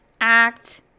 act